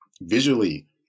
Visually